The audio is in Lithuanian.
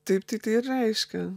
taip tai tai ir reiškia